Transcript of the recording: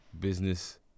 business